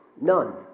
None